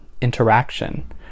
interaction